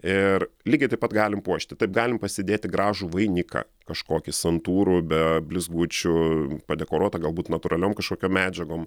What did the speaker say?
ir lygiai taip pat galim puošti taip galim pasidėti gražų vainiką kažkokį santūrų be blizgučių padekoruotą galbūt natūraliom kažkokio medžiagom